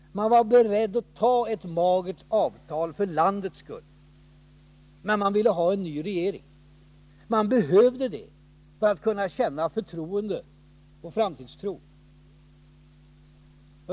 Man var beredd att ta ett magert avtal för landets skull, men man ville ha en ny regering. Man behövde det för att kunna känna förtroende och framtidstro.